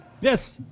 Yes